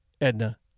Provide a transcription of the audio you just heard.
Edna